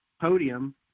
podium